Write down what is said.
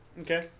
Okay